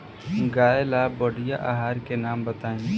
गाय ला बढ़िया आहार के नाम बताई?